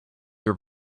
your